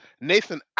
Nathan